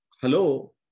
hello